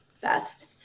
best